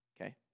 Okay